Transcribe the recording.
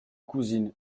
cousine